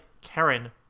Karen